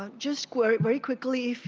ah just very quickly,